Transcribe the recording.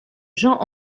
jean